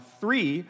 three